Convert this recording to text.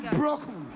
broken